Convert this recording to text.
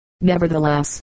nevertheless